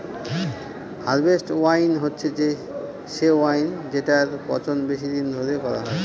harvest wine হচ্ছে সে wine যেটার পচন বেশি দিন ধরে করা হয়